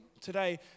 today